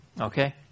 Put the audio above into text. Okay